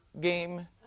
game